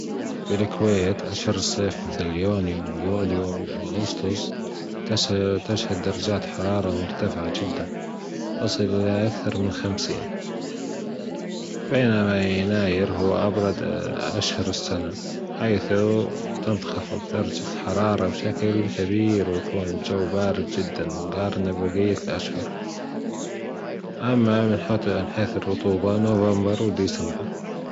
بالكويت أشهر الصيف مثل يونيو يوليو و أغسطس تشهد درجات حرارة مرتفعة جدًا تصل إلى أكثر من خمسين بينما يناير هو أبرد أشهر السنة حيث تنخفض درجة الحرارة بشكل كبير ويكون الجو بارد جدًا مجارنة ببجية الأشهر أما من حيث الرطوبة نوفمبر وديسمبر.